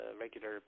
regular